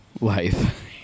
life